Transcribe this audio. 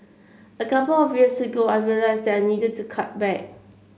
a couple of years ago I realised that I needed to cut back